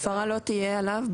ההפרה לא תהיה עליו,